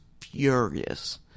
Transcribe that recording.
furious